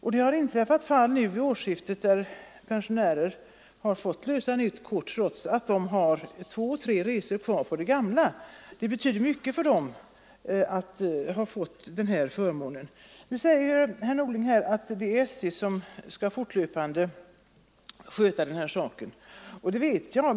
Nu vid årsskiftet har det inträffat fall där pensionärer har fått lösa nytt kort trots att de haft två eller tre resor kvar på det gamla. Det betyder mycket för dem. Herr Norling säger nu att det är SJ som fortlöpande skall sköta den här saken, och det vet jag.